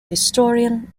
historian